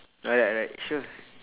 right alright sure